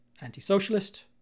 anti-socialist